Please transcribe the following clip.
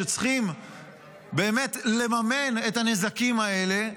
שצריכים לממן את הנזקים האלה,